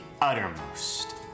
uttermost